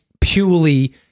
purely